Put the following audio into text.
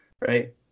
right